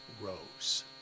rose